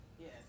Yes